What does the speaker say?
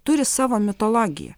turi savo mitologiją